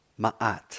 ma'at